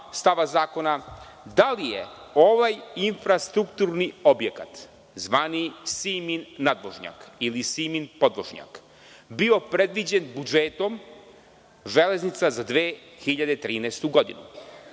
da li je ovaj infrastrukturni objekat, zvani „Simin nadvožnjak“ ili „Simin podvožnjak“, bio predviđen budžetom „Železnica“ za 2013. godinu?